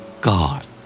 God